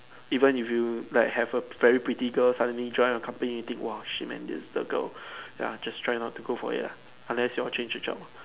even if you like have a very pretty girl suddenly join your company think !wah! shit man this is the girl ya just try not to go for it lah unless you want change a job lah